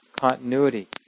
continuity